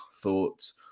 Thoughts